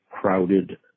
crowded